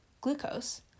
glucose